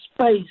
space